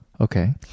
Okay